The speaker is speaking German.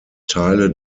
teile